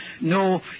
No